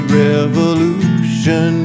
revolution